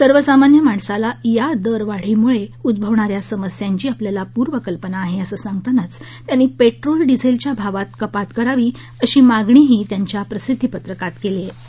सर्वसामान्य माणसाला या दरवाढीमुळे उद्वावणा या समस्यांची आपल्याला पूर्व कल्पना आहे असं सांगतानाच त्यांनी पेट्रोल डिझेलच्या भावात कपात करावी अशी मागणीही त्यांच्या प्रसिद्धी पत्रकात केली आहे